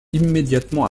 immédiatement